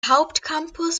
hauptcampus